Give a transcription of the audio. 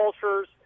cultures